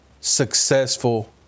successful